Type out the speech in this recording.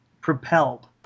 propelled